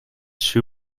shoe